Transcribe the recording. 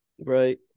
Right